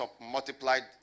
multiplied